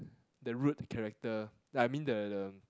the root character that I mean the the